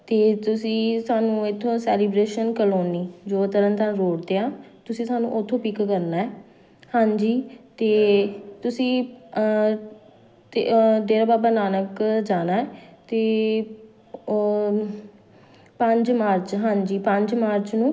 ਅਤੇ ਤੁਸੀਂ ਸਾਨੂੰ ਇੱਥੋਂ ਸੈਲੀਬ੍ਰੇਸ਼ਨ ਕਲੋਨੀ ਜੋ ਤਰਨਤਾਰਨ ਰੋਡ 'ਤੇ ਆ ਤੁਸੀਂ ਸਾਨੂੰ ਉੱਥੋਂ ਪਿੱਕ ਕਰਨਾ ਹਾਂਜੀ ਅਤੇ ਤੁਸੀਂ ਅਤੇ ਡੇਰਾ ਬਾਬਾ ਨਾਨਕ ਜਾਣਾ ਅਤੇ ਓ ਪੰਜ ਮਾਰਚ ਹਨ ਹਾਂਜੀ ਪੰਜ ਮਾਰਚ ਨੂੰ